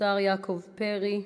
השר יעקב פרי,